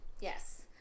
Yes